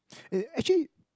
eh actually